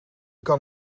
kan